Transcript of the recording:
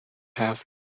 have